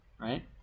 right